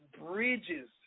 bridges